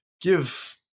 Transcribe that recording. give